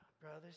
brothers